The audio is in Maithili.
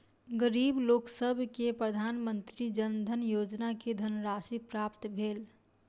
गरीब लोकसभ के प्रधानमंत्री जन धन योजना के धनराशि प्राप्त भेल